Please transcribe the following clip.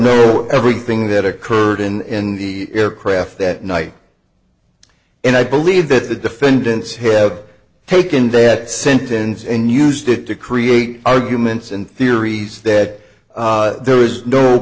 ignore everything that occurred in the aircraft that night and i believe that the defendants have taken that sentence and used it to create arguments and theories that there was no